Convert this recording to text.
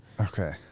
Okay